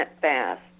fast